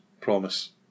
promise